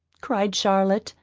cried charlotte,